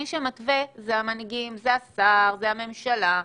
המנהיגים: השר, הממשלה,